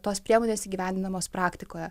tos priemonės įgyvendinamos praktikoje